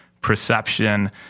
perception